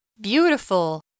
Beautiful